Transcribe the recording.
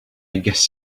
guess